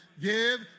Give